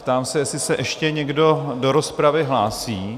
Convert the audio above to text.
Ptám se, jestli se ještě někdo do rozpravy hlásí?